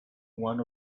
one